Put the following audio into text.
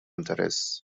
interess